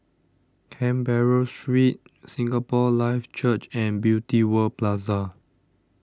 Canberra Street Singapore Life Church and Beauty World Plaza